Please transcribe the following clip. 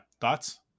Thoughts